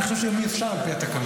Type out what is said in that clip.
אני חושב שגם אי-אפשר על פי התקנון,